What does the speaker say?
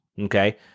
okay